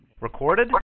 Recorded